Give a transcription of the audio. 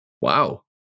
Wow